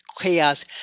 chaos